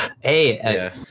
Hey